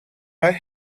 like